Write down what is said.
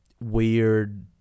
weird